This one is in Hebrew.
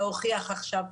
להוכיח עכשיו.